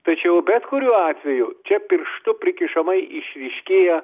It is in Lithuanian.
tačiau bet kuriuo atveju čia pirštu prikišamai išryškėja